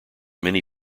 many